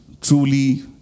truly